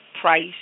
price